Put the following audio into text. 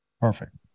Perfect